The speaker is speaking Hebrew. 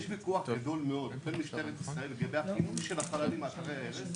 יש ויכוח גדול מאוד עם משטרת ישראל לגבי הפינוי של החללים מאתרי ההרס.